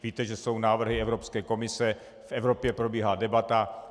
Víte, že jsou návrhy Evropské komise, v Evropě probíhá debata.